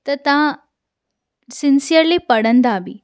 त तव्हां सिंसिअर्ली पढ़ंदा बि